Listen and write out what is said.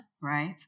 Right